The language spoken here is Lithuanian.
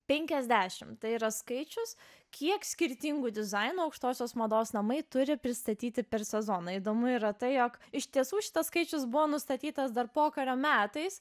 penkiasdešim tai yra skaičius kiek skirtingų dizainų aukštosios mados namai turi pristatyti per sezoną įdomu yra tai jog iš tiesų šitas skaičius buvo nustatytas dar pokario metais